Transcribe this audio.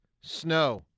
Snow